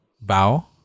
bow